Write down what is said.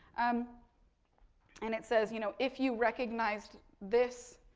um and, it says, you know, if you recognized this,